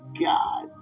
God